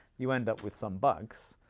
you end up with some bugs,